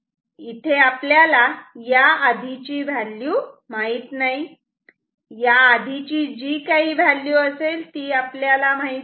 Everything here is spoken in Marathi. इथे आपल्याला याआधीची व्हॅल्यू माहित नाही याआधीची जी काही व्हॅल्यू असेल ती आपल्याला माहीत नाही